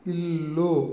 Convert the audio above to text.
ఇల్లు